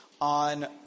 on